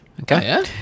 Okay